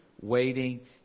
Waiting